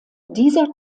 dieser